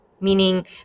meaning